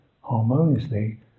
harmoniously